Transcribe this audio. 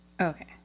Okay